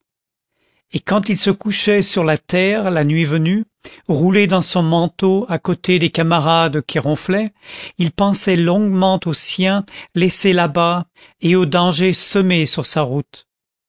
et quand il se couchait sur la terre la nuit venue roulé dans son manteau à côté des camarades qui ronflaient il pensait longuement aux siens laissés là-bas et aux dangers semés sur sa route